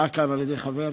שהוצעה כאן על-ידי חבר